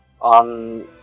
on